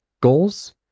goals